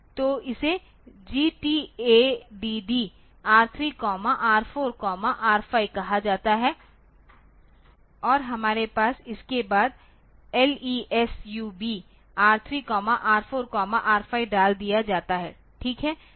तो इसे GTADD R3 R4 R5 कहा जाता है और हमारे पास इसके बाद LESUB R3 R4 R5 डाल दिया जाता है ठीक है